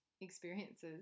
experiences